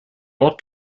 ort